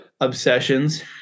obsessions